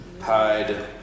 hide